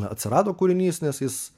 atsirado kūrinys nes jis